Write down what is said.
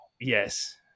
yes